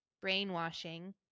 brainwashing